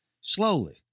Slowly